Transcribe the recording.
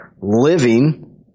living